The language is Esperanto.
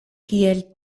kiel